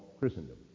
Christendom